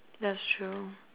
that's true